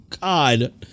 God